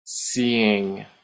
Seeing